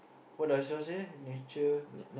what does yours say nature